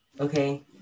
okay